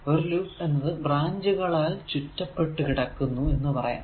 ഒരു ലൂപ്പ് എന്നത് ബ്രാഞ്ചുകളാൽ ചുറ്റപ്പെട്ടു കിടക്കുന്നു എന്ന് പറയാം